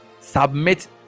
submit